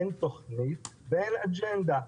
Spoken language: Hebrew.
אין תוכנית ואין אג'נדה.